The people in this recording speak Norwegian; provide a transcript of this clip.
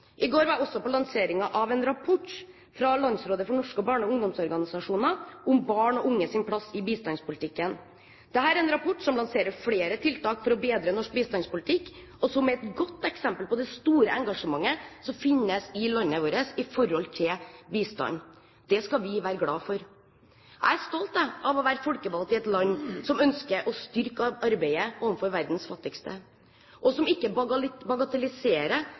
I går var jeg også på lanseringen av en rapport fra Landsrådet for Norges barne- og ungdomsorganisasjoner om barn og unges plass i bistandspolitikken. Denne rapporten lanserer flere tiltak for å bedre norsk bistandspolitikk og er et godt eksempel på det store engasjementet som finnes i landet vårt rettet mot bistand. Det skal vi være glad for. Jeg er stolt, jeg, over å være folkevalgt i et land som ønsker å styrke arbeidet overfor verdens fattigste, og som ikke bagatelliserer